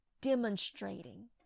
demonstrating